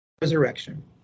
resurrection